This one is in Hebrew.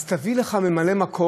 אז תביא לך ממלא-מקום,